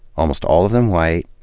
almost all of them white,